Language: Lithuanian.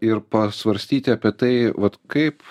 ir pasvarstyti apie tai vat kaip